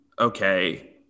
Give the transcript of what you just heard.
okay